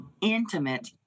intimate